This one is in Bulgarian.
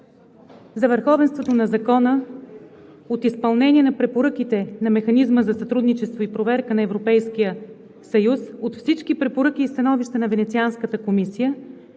за върховенството на закона, от изпълнението на препоръките на Механизма за сътрудничество и проверка на Европейския съюз, от всички препоръки и становища на Венецианската комисия,